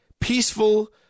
peaceful